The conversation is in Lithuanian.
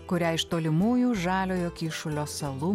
kurią iš tolimųjų žaliojo kyšulio salų